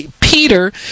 Peter